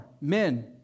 men